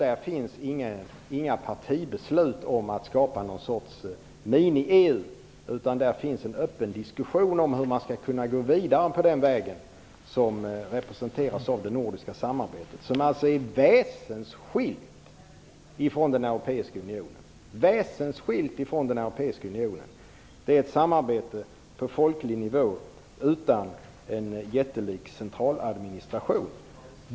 Det finns inga partibeslut om att skapa något slags mini-EU. Det finns en öppen diskussion om hur man skall kunna gå vidare på den väg som representeras av det nordiska samarbetet. Det är väsensskilt från den europeiska unionen. Det är ett samarbete på folklig nivå utan en jättelik centraladministration.